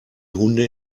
hunde